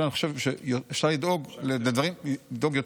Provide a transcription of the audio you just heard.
אני חושב שאפשר לדאוג לדברים אפילו יותר.